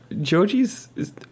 Joji's